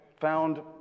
found